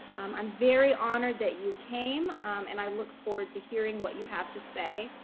i'm very honored that you came and i look forward to hearing what you have to say.